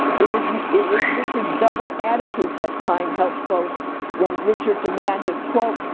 it is and it is richard's double attitude that klein held close when richard demanded, quote,